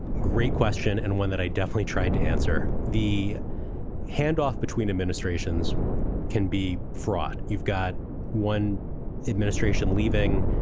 great question, and one that i definitely tried to answer. the handoff between administrations can be fraught. you've got one administration leaving,